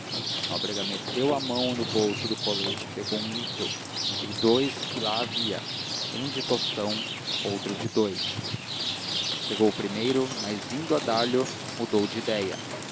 nóbrega meteu a mão no bolso do colete e pegou um níquel entre dous que lá havia um de tostão outro de dous pegou o primeiro mas indo a dar lho mudou de ideia